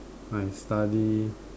I study